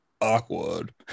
awkward